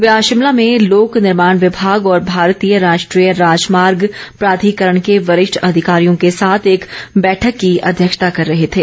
वे आज शिमला में लोक निर्माण विभाग और भारतीय राष्ट्रीय राजमार्ग प्राधिकरण के वरिष्ठ अधिकारियों के साथ एक बैठक की अध्यक्षता कर रहे थे